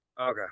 Okay